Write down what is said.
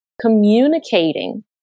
communicating